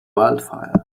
wildfire